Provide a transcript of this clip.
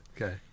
Okay